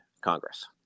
Congress